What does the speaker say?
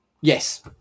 Yes